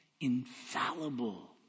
infallible